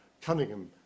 Cunningham